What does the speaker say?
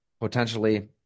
potentially